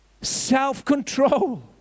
self-control